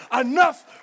enough